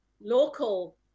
local